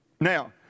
Now